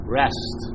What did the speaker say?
rest